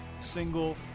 single